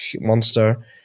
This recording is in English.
monster